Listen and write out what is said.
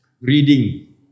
reading